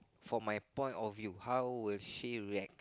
for my point of view how will she react